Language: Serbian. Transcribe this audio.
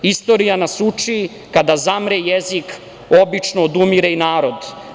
Istorija nas uči kada zamre jezik, obično odumire i narod.